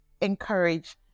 encourage